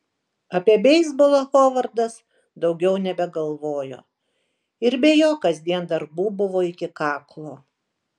apie beisbolą hovardas daugiau nebegalvojo ir be jo kasdien darbų buvo iki kaklo